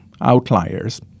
outliers